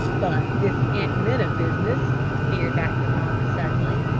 but this aunt minna business, veered back her father suddenly.